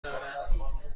دارد